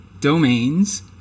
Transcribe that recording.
domains